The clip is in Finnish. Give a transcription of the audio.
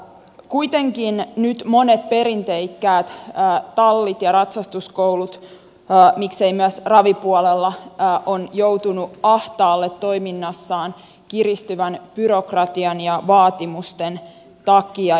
kuitenkin nyt monet perinteikkäät tallit ja ratsastuskoulut miksei myös ravipuolella ovat joutuneet ahtaalle toiminnassaan kiristyvän byrokratian ja vaatimusten takia